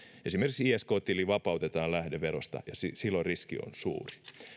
esimerkiksi isk tili vapautetaan lähdeverosta ja silloin riski on suuri